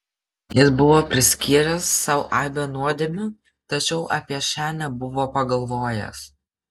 jis buvo priskyręs sau aibę nuodėmių tačiau apie šią nebuvo pagalvojęs